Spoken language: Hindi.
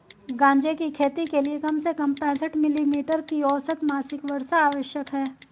गांजे की खेती के लिए कम से कम पैंसठ मिली मीटर की औसत मासिक वर्षा आवश्यक है